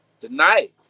tonight